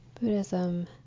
Buddhism